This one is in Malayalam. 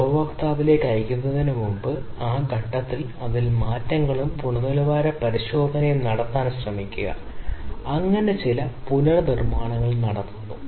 ആദ്യമായി ടാഗുച്ചി നിർദ്ദേശിച്ചു ഇത് അനുരൂപമല്ലാത്തത് സംഭവിക്കുന്നത് വരെ കാത്തിരിക്കുന്നതുപോലെയാണെന്ന് നിങ്ങൾക്കറിയാം തിരുത്തൽ നടപടി സ്വീകരിച്ചു